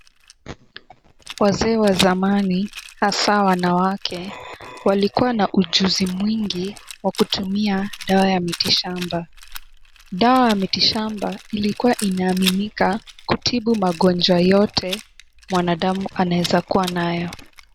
Wazee wa zamani hasa wanawake walikuwa na ujuzi mwingi wa kutumia dawa ya miti shamba. Dawa ya miti shamba ilikuwa inaaminika kutibu magonjwa yote mwanadamu anaweza kuwa nayo.